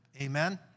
Amen